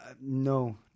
no